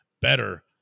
Better